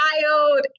child